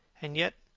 and, yet,